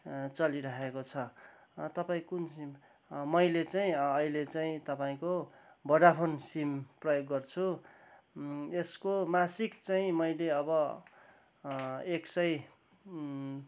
चलिराखेको छ तपाईँ कुन सिम मैले चाहिँ अहिले चाहिँ तपाईँको भोडाफोन सिम प्रयोग गर्छु यसको मासिक चाहिँ मैले अब एक सय